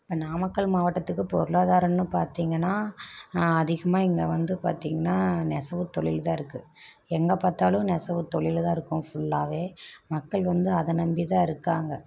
நாமக்கல் மாவட்டத்துக்கு பொருளாதாரன்னு பார்த்திங்கன்னா அதிகமா இங்கே வந்து பார்த்திங்கன்னா நெசவு தொழில் தான் இருக்கு எங்க பார்த்தாலும் நெசவு தொழிலு தான் இருக்கும் ஃபுல்லாவே மக்கள் வந்து அத நம்பி தான் இருக்காங்க